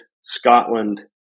Scotland